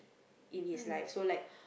in his life so like